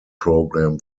program